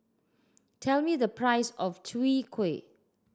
tell me the price of Chwee Kueh